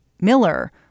Miller